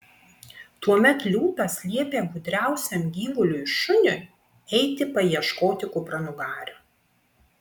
tuomet liūtas liepė gudriausiam gyvuliui šuniui eiti paieškoti kupranugario